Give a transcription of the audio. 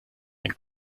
ein